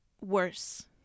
worse